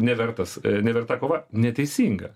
nevertas neverta kova neteisinga